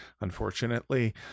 unfortunately